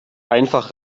einfach